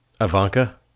Ivanka